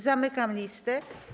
Zamykam listę.